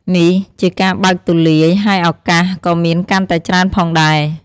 នេះជាការបើកទូលាយ ហើយឱកាសក៏មានកាន់តែច្រើនផងដែរ។